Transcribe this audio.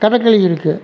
கதக்களி இருக்கு